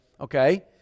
okay